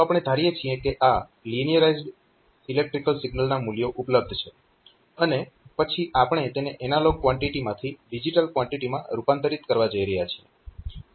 તો આપણે ધારીએ છીએ કે આ લીનિયરાઇઝ્ડ ઈલેક્ટ્રીકલ સિગ્નલના મૂલ્યો ઉપલબ્ધ છે અને પછી આપણે તેને એનાલોગ કવાન્ટીટીમાંથી ડિજીટલ કવાન્ટીટીમાં રૂપાંતરીત કરવા જઈ રહ્યા છીએ